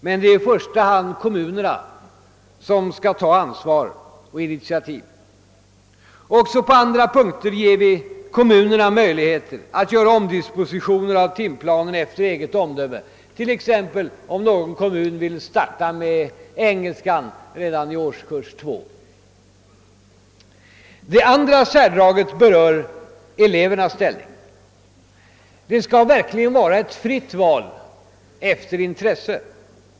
Men det är i första hand kommunerna som skall ta ansvar och initiativ. Också på andra punkter ger vi kommunerna möjligheter att göra omdispositioner av timplanen efter eget omdöme, t.ex. om någon kommun vill starta med engelska redan i årskurs 2. Det andra särdraget berör elevernas ställning. Det skall verkligen vara ett fritt val efter intresse.